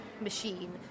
machine